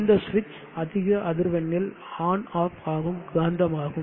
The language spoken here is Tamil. இந்த சுவிட்ச் அதிக அதிர்வெண்ணில் ON OFF ஆகும் காந்தமாகும்